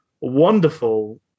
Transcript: Wonderful